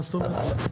לא, מה פתאום.